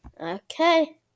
Okay